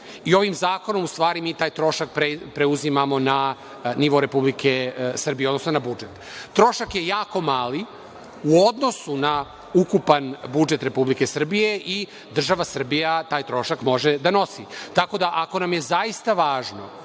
i ovim zakonom u stvari mi taj trošak preuzimamo na nivo Republike Srbije, odnosno na budžet. Trošak je jako mali u odnosu na ukupan budžet Republike Srbije i država Srbija taj trošak može da snosi. Tako da ako nam je zaista važno